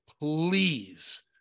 please